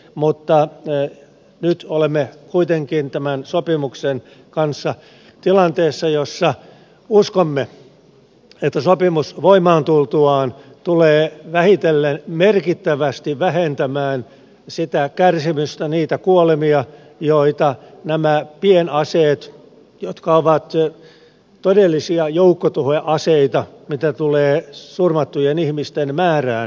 mutta nyt olemme kuitenkin tämän sopimuksen kanssa tilanteessa jossa uskomme että sopimus voimaan tultuaan tulee vähitellen merkittävästi vähentämään sitä kärsimystä niitä kuolemia joita nämä pienaseet jotka ovat todellisia joukkotuhoaseita mitä tulee surmattujen ihmisten määrään aiheuttavat